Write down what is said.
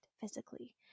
physically